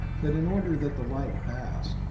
but in order that the light pass,